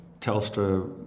Telstra